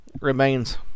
remains